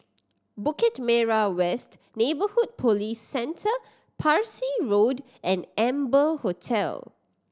Bukit Merah West Neighbourhood Police Centre Parsi Road and Amber Hotel